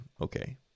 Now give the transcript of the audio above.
okay